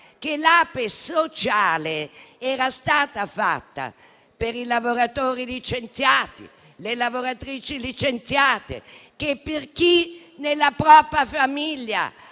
che l'Ape sociale era stata pensata per i lavoratori e per le lavoratrici licenziati, per chi nella propria famiglia